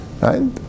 right